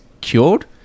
cured